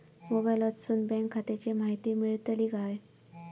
मोबाईलातसून बँक खात्याची माहिती मेळतली काय?